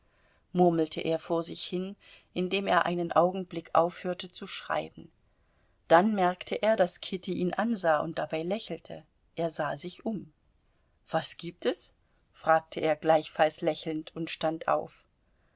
murmelte er vor sich hin indem er einen augenblick aufhörte zu schreiben dann merkte er daß kitty ihn ansah und dabei lächelte er sah sich um was gibt es fragte er gleichfalls lächelnd und stand auf